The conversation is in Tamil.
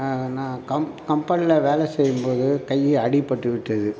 நான் கம்பெனியில் வேலை செய்யும்போது கை அடிபட்டு விட்டது